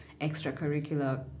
extracurricular